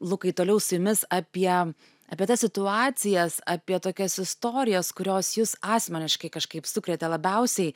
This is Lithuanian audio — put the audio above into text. lukai toliau su jumis apie apie tas situacijas apie tokias istorijas kurios jus asmeniškai kažkaip sukrėtė labiausiai